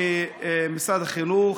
חלקם ממשרד החינוך,